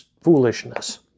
foolishness